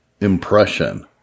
impression